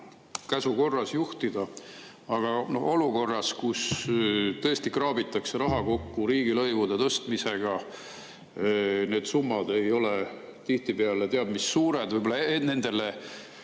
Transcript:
käsu korras juhtida. Aga olukorras, kus tõesti kraabitakse raha kokku riigilõivude tõstmisega, need summad ei ole tihtipeale teab mis suured, võib-olla nendele